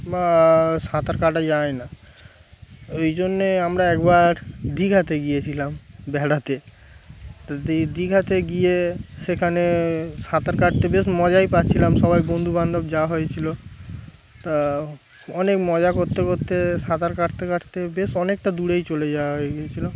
বা সাঁতার কাটা যায় না ওই জন্যে আমরা একবার দীঘাতে গিয়েছিলাম বেড়াতে তা তেই দীঘাতে গিয়ে সেখানে সাঁতার কাটতে বেশ মজাই পাচ্ছিলাম সবাই বন্ধুবান্ধব যাওয়া হয়েছিল তা অনেক মজা করতে করতে সাঁতার কাটতে কাটতে বেশ অনেকটা দূরেই চলে যাওয়া হয়ে গিয়েছিল